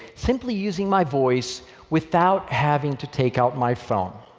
simply using my voice without having to take out my phone.